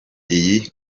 iyi